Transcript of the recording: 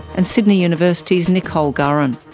and sydney university's nicole gurran.